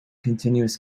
continuous